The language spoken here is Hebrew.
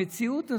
המציאות הזאת,